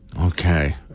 Okay